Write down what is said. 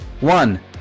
one